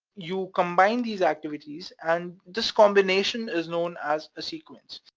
you combine these activities and this combination is known as a sequence,